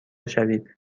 شوید